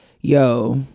yo